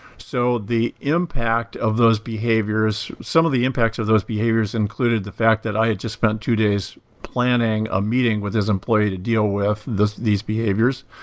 so the impact of those behaviors some of the impacts of those behaviors included the fact that i had just spent two days planning a meeting with this employee to deal with these behaviors.